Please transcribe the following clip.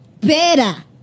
better